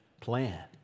plan